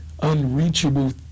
Unreachable